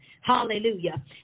hallelujah